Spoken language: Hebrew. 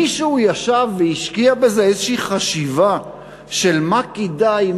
מישהו ישב והשקיע בזה איזושהי חשיבה של מה כדאי,